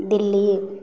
Delhi